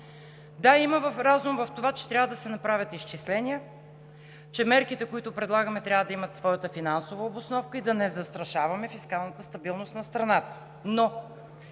Да, има разум в това, че трябва да се направят изчисления, че мерките, които предлагаме, трябва да имат своята финансова обосновка и да не застрашаваме фискалната стабилност на страната.